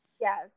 Yes